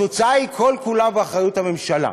התוצאה היא כל-כולה באחריות הממשלה.